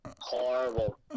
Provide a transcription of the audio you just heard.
horrible